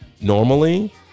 Normally